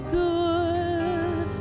good